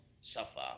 safa